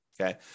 okay